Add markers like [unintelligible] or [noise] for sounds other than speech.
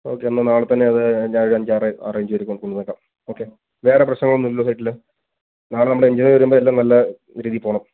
okay എന്നാൽ നാളെത്തന്നെ അത് ഞാൻ ഒരു അഞ്ചാറ് അറേഞ്ച് ചെയ്ത് കൊണ്ട് [unintelligible] ഓക്കെ വേറെ പ്രശ്നങ്ങളൊന്നും ഇല്ലല്ലോ സൈറ്റിൽ നാളെ നമ്മുടെ എൻജിനിയർ വരുമ്പോൾ എല്ലാം നല്ല രീതിയിൽ പോവണം